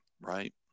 right